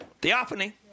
Theophany